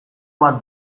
bat